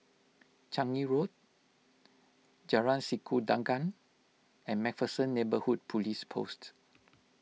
Changi Road Jalan Sikudangan and MacPherson Neighbourhood Police Post